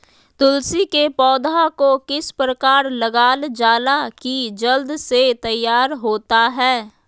तुलसी के पौधा को किस प्रकार लगालजाला की जल्द से तैयार होता है?